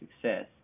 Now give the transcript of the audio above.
success